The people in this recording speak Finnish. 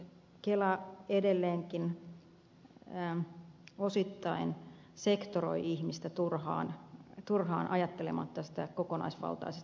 mielestäni kela edelleenkin osittain sektoroi ihmistä turhaan ajattelematta kokonaisvaltaisesti tätä ihmisen hoitoa